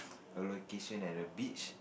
a location at the beach